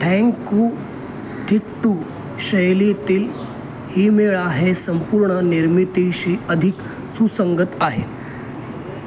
थेंकू थिट्टू शैलीतील हीम्मेळा हे संपूर्ण निर्मितीशी अधिक सुसंगत आहे